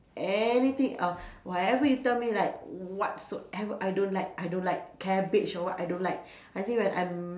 anything else whatever you tell me like whatsoever I don't like I don't like cabbage or what I don't like I think when I'm